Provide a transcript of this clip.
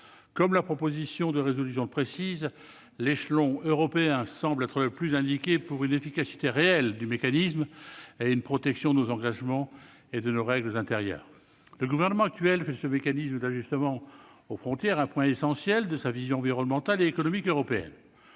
de la proposition de résolution le précisent, l'échelon européen semble le plus indiqué pour une efficacité réelle du mécanisme et une protection de nos engagements et de nos règles intérieures. Le gouvernement actuel fait de ce mécanisme d'ajustement aux frontières un point essentiel de sa vision environnementale et économique européenne,